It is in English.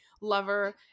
lover